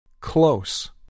Close